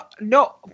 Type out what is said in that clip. No